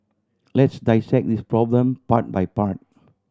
let's dissect this problem part by part